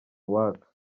uwaka